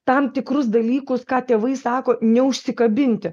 tam tikrus dalykus ką tėvai sako neužsikabinti